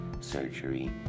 surgery